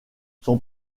son